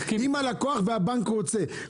אם הלקוח והבנק רוצים.